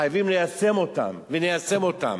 חייבים ליישם אותן וניישם אותן.